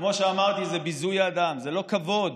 כמו שאמרתי, זה ביזוי האדם, זה לא כבוד.